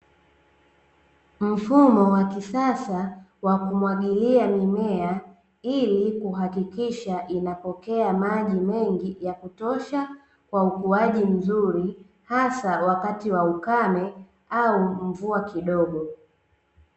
Mfumo wa kisasa wa kumwagilia mimea ili kuhakikisha inapokea maji mengi ya kutosha kwa ukuaji mzuri hasa wakati wa ukame au mvua kidogo .